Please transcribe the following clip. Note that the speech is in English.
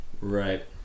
Right